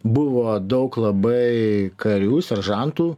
buvo daug labai karių seržantų